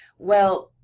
well,